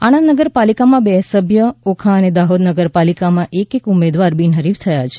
આણંદ નગરપાલિકા માં બે સભ્ય ઓખા અને દાહોદ નગરપાલિકા માં એક એક ઉમેદવાર બિનહરીફ થયા છે